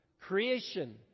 Creation